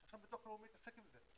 שעכשיו ביטוח לאומי יתעסק עם זה,